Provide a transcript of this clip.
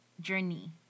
Journey